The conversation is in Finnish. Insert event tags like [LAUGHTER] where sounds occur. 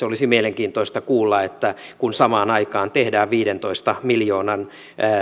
[UNINTELLIGIBLE] olisi mielenkiintoista kuulla että kun samaan aikaan tehdään viidentoista miljoonan